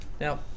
Now